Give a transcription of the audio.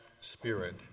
spirit